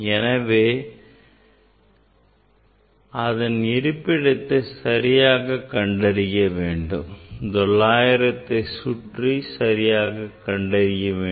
எனவே அதன் இருப்பிடத்தை சரியாகக் கண்டறிய 900 சுற்றி சரியாகக் கண்டறிய வேண்டும்